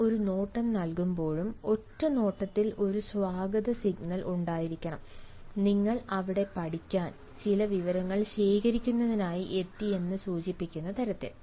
നിങ്ങൾ ഒരു നോട്ടം നൽകുമ്പോഴും ഒറ്റനോട്ടത്തിൽ ഒരു സ്വാഗത സിഗ്നൽ ഉണ്ടായിരിക്കണം നിങ്ങൾ അവിടെ പഠിക്കാൻ ചില വിവരങ്ങൾ ശേഖരിക്കുന്നതിനായി എത്തിയെന്ന് സൂചിപ്പിക്കുന്ന തരത്തിൽ